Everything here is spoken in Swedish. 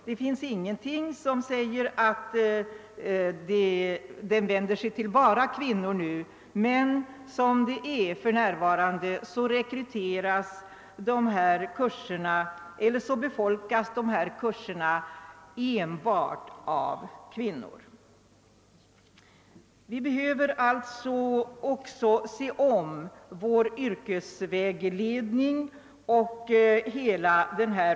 Det finns visserligen ingenting som säger att kampanjen nu endast vänder sig till kvinnor, men för närvarande är det enbart dessa som befolkar kurserna. Även vår yrkesvägledning behöver alltså ses över.